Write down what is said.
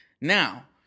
Now